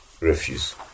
refuse